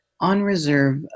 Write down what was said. On-reserve